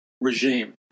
regime